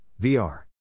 VR